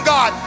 God